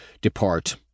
depart